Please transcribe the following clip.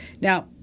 Now